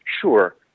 Sure